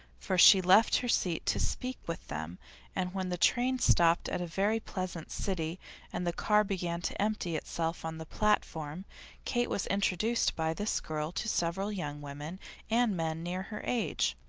for she left her seat to speak with them and when the train stopped at a very pleasant city and the car began to empty itself, on the platform kate was introduced by this girl to several young women and men near her age.